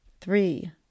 three